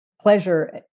pleasure